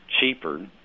cheaper